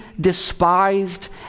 despised